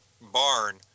barn